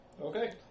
Okay